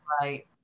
Right